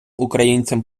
українцям